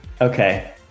okay